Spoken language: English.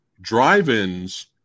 drive-ins